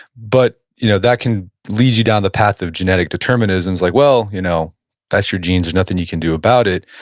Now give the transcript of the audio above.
but you know that can lead you down the path of genetic determinisms, like, well, you know that's your genes. there's nothing you can do about it,